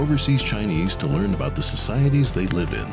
overseas chinese to learn about the societies they live in